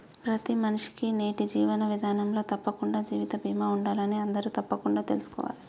ప్రతి మనిషికీ నేటి జీవన విధానంలో తప్పకుండా జీవిత బీమా ఉండాలని అందరూ తప్పకుండా తెల్సుకోవాలే